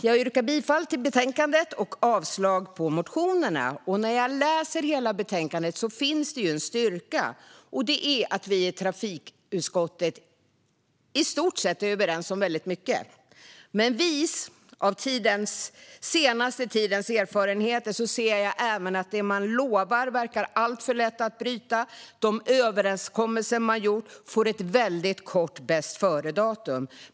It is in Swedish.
Jag yrkar bifall till förslaget i betänkandet och avslag på motionerna. När jag läser hela betänkandet ser jag att det finns en styrka där, nämligen att vi i trafikutskottet i stort sett är överens om väldigt mycket. Men vis av erfarenheterna från den senaste tiden ser jag även att det man lovar verkar alltför lätt att bryta; de överenskommelser man gjort får ett väldigt kort bästföredatum.